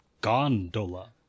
gondola